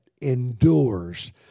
endures